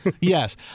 Yes